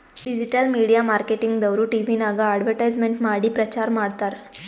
digital media marketing ದವ್ರು ಟಿವಿನಾಗ್ advertisement ಮಾಡಿ ಪ್ರಚಾರ್ ಮಾಡ್ತಾರ್